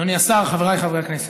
אדוני השר, חבריי חברי הכנסת,